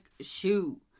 shoe